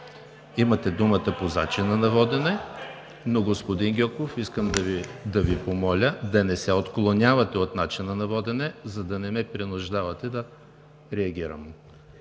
дам думата по начина на водене, господин Гьоков, но искам да Ви помоля да не се отклонявате от начина на водене, за да не ме принуждавате да реагирам.